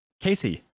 Casey